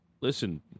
listen